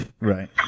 right